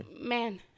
man